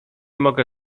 mogę